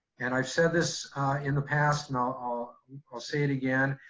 and i've said this in the past, and i'll i'll say it again,